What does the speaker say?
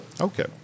okay